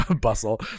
bustle